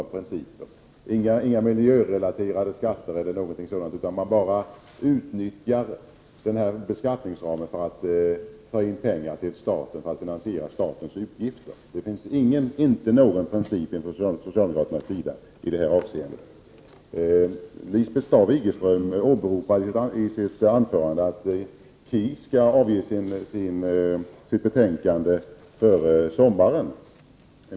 Det finns t.ex. inga miljörelaterade skatter. Beskattningsramen utnyttjas bara för att ta in pengar för att kunna finansiera statens utgifter. Här finns det ingen princip hos socialdemokraterna. Lisbeth Staaf-Igelström sade i sitt anförande att KIS skall avge sitt betänkande före sommaren.